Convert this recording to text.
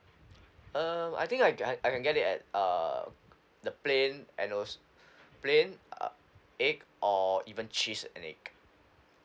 um I think I I can get it at uh the plain and also plain uh egg or even cheese and egg